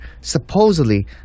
Supposedly